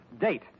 Date